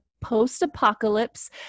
post-apocalypse